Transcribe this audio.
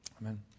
Amen